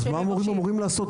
אז מה המורים אמורים לעשות?